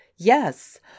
Yes